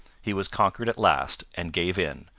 he was conquered at last, and gave in,